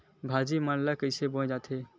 भाजी मन ला कइसे बोए जाथे?